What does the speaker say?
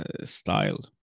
style